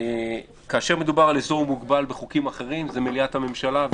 כאשר מדובר על אזור מוגבל בחוקים אחרים זה מליאת הממשלה,